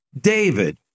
David